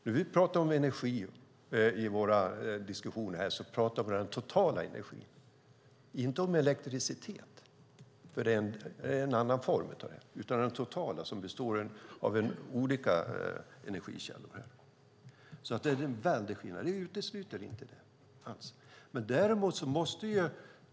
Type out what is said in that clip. När vi talar om energi i våra diskussioner talar vi om den totala energin som består av olika energikällor, inte bara elektricitet; det är en annan form.